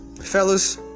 fellas